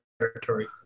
territory